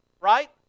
Right